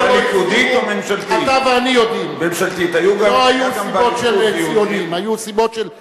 אתה ואני יודעים היו סיבות של מתיישבים.